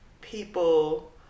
people